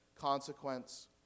consequence